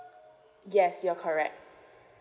yes you're correct